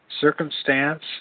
circumstance